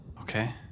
Okay